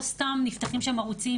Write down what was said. לא סתם נפתחים שם ערוצים